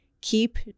Keep